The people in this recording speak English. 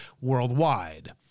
worldwide